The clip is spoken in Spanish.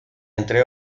entre